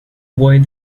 avoid